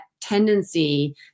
tendency